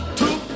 two